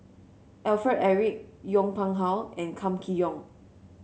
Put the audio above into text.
Alfred Eric Yong Pung How and Kam Kee Yong